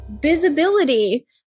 Visibility